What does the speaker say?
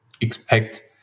expect